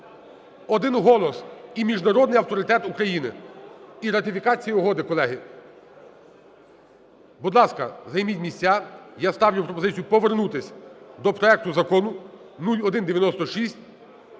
Один голос і міжнародний авторитет України. І ратифікація угоди, колеги. Будь ласка, займіть місця, я ставлю пропозицію повернутись до проекту Закону 0196,